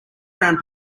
brown